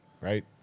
Right